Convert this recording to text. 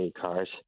cars